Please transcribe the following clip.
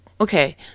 Okay